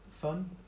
Fun